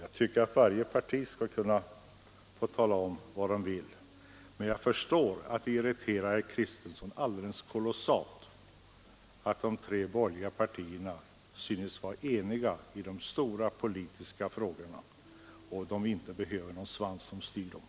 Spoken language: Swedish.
Jag tycker att varje parti skall kunna få tala om vad det vill, men jag förstår att det irriterar herr Kristenson alldeles kolossalt att de tre borgerliga partierna synes vara eniga i de stora politiska frågorna och inte behöver någon svans som styr dem.